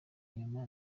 nyuma